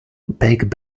big